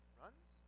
runs